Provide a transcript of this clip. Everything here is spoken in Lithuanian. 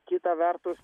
kita vertus